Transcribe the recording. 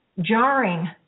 jarring